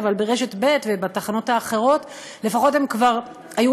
אבל ברשת ב' ובתחנות האחרות לפחות הם כבר היו